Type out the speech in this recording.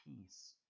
peace